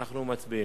אנחנו מצביעים.